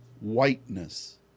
whiteness